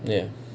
ya